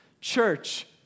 Church